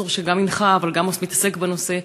הפרופסור שגם הנחה אבל גם מתעסק בנושא,